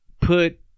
put